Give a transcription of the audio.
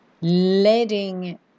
letting